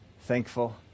thankful